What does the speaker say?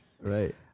Right